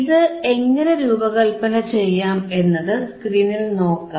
ഇത് എങ്ങനെ രൂപകല്പന ചെയ്യാം എന്നത് സ്ക്രീനിൽ നോക്കാം